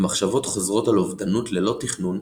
ומחשבות חוזרות על אובדנות ללא תכנון,